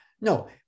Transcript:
No